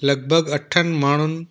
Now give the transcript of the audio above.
लॻभॻि अठनि माण्हुनि